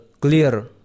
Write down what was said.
clear